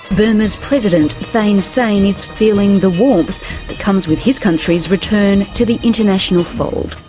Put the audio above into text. burma's president, thein sein, is feeling the warmth that comes with his country's return to the international fold.